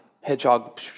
Hedgehog